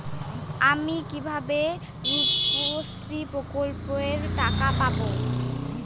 আমি কিভাবে রুপশ্রী প্রকল্পের টাকা পাবো?